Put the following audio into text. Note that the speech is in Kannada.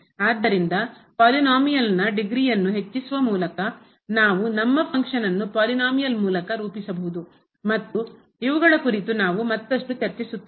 ಆದ್ದರಿಂದ ಪಾಲಿನೋಮಿಯಲ್ನ ಬಹುಪದದ ಡಿಗ್ರಿಯನ್ನು ಪದವಿಯನ್ನು ಹೆಚ್ಚಿಸುವ ಮೂಲಕ ನಾವು ನಮ್ಮ ಫಂಕ್ಷನನ್ನು ಕಾರ್ಯವನ್ನು ಪಾಲಿನೋಮಿಯಲ್ ಮೂಲಕ ರೂಪಿಸಬಹುದು ಮತ್ತು ಇವುಗಳ ಕುರಿತು ನಾವು ಮತ್ತಷ್ಟು ಚರ್ಚಿಸುತ್ತೇವೆ